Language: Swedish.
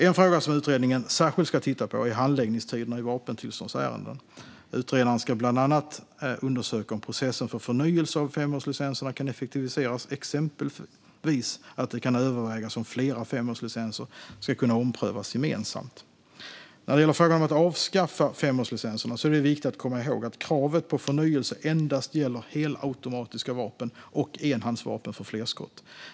En fråga som utredningen särskilt ska titta på är handläggningstiderna i vapentillståndsärenden. Utredaren ska bland annat undersöka om processen för förnyelse av femårslicenserna kan effektiviseras, exempelvis att det kan övervägas om flera femårslicenser ska kunna omprövas gemensamt. När det gäller frågan om att avskaffa femårslicenserna är det viktigt att komma ihåg att kravet på förnyelse endast gäller helautomatiska vapen och enhandsvapen för flerskott.